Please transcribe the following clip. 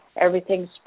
everything's